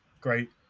great